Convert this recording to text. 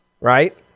right